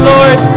Lord